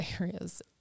areas